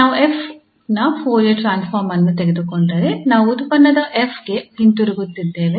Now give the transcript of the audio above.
ನಾವು 𝑓 ನ Fourier transform ಅನ್ನು ತೆಗೆದುಕೊಂಡರೆ ನಾವು ಉತ್ಪನ್ನವಾದ 𝑓 ಗೆ ಹಿಂದಿರುಗುತ್ತಿದ್ದೇವೆ